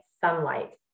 sunlight